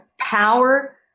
power